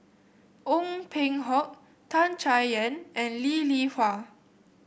Ong Peng Hock Tan Chay Yan and Lee Li Hui